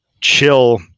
chill